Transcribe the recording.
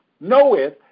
knoweth